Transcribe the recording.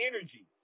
energy